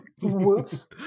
Whoops